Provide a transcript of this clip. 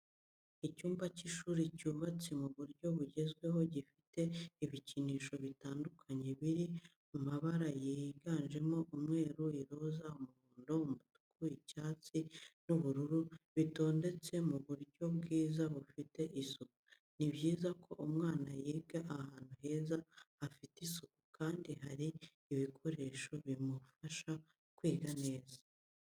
Icyumba cy'ishuri cyubatse mu buryo bugezweho gifite ibikinisho bitandukanye biri mabara yiganjemo umweru, iroza, umuhondo, umutuku, icyatsi n'ubururu bitondetse mu buryo bwiza bufite isuku. Ni byiza ko umwana yigira ahantu heza hafite isuku kandi hari ibikoresho bimufasha kwiga neza.